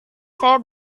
saya